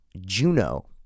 Juno